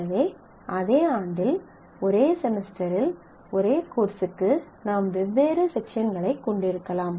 எனவே அதே ஆண்டில் ஒரே செமஸ்டரில் ஒரே கோர்ஸ்க்கு நாம் வெவ்வேறு செக்ஷன்களைக் கொண்டிருக்கலாம்